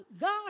God